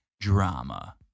drama